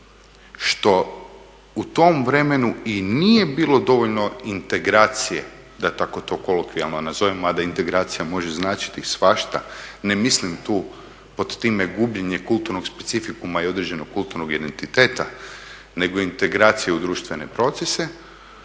što u tom vremenu i nije bilo dovoljno integracije, da tako to kolokvijalno nazovem, a da integracija može značiti svašta. Ne mislim tu pod time gubljenje kulturnog specifikuma i određenog kulturnog identiteta nego integracije u društvene procese,